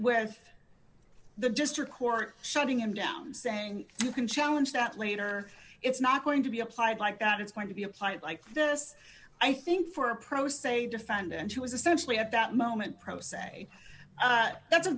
with the district court shutting him down saying you can challenge that later it's not going to be applied like that it's going to be applied like this i think for a pro se defendant who is essentially at that moment pro se that's a